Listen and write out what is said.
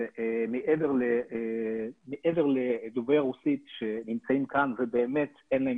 מעבר לדוברי רוסית שנמצאים כאן ובאמת אין להם